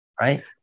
Right